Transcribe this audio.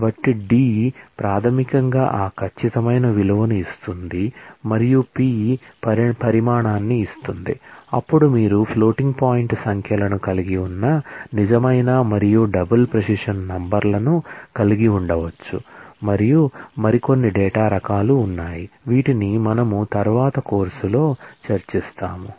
కాబట్టి d ప్రాథమికంగా ఆ ఖచ్చితమైన విలువను ఇస్తుంది మరియు p పరిమాణాన్ని ఇస్తుంది అప్పుడు మీరు ఫ్లోటింగ్ పాయింట్ నంబర్లను కలిగి ఉండవచ్చు మరియు మరికొన్ని డేటా రకాలు ఉన్నాయి వీటిని మనము తరువాత కోర్సులో చర్చిస్తాము